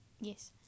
yes